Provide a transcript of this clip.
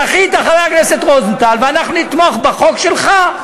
זכית, חבר הכנסת רוזנטל, ואנחנו נתמוך בחוק שלך.